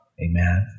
Amen